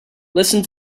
listen